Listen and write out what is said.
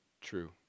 true